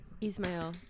Ismail